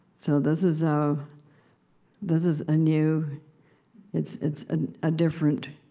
so this is ah this is a new it's it's ah a different